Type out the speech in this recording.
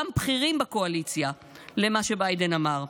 גם בכירים בקואליציה, למה שביידן אמר,